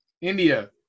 India